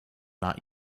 not